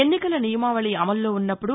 ఎన్నికల నియమావళి అమల్లో ఉన్నప్పుడు